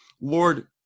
Lord